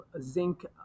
zinc